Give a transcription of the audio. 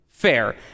fair